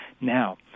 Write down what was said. Now